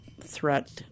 threat